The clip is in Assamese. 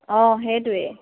অঁ সেইটোৱেই